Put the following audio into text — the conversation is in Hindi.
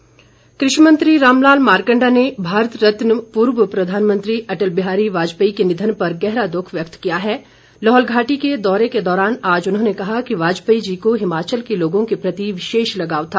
मारकंडा भारद्वाज कृषि मंत्री रामलाल मारकंडा ने भारत रत्न पूर्व प्रधानमत्री अटल बिहारी वाजपेयी के निधन पर गहरा दुख व्यक्त किया है लाहौल घाटी के दौरे के दौरान आज उन्होंने कहा कि वाजपेयी जी को हिमाचल के लोगों के प्रति विशेष लगाव था